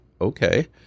okay